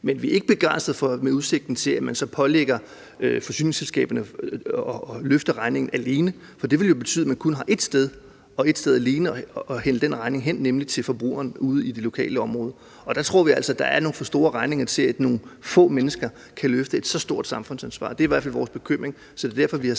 Men vi er ikke begejstrede for udsigten til, at man så pålægger forsyningsselskaberne at løfte regningen alene. For det vil jo betyde, at man kun har ét sted – et sted alene – at hælde den regning hen, og det er til forbrugeren ude i det lokale område. Der tror vi altså at der er nogle for store regninger til, at nogle få mennesker kan løfte et så stort samfundsansvar. Det er i hvert fald vores bekymring, og det er derfor, vi har